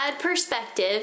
perspective